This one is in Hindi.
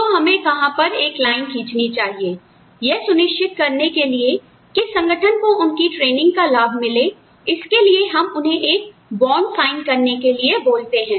तो हमें कहां पर एक लाइन खींचनी चाहिए यह सुनिश्चित करने के लिए की संगठन को उनकी ट्रेनिंग का लाभ मिले इसके लिए हम उन्हें एक बांड साइन करने के लिए बोलते हैं